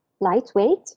lightweight